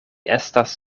estas